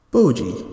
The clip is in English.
Boji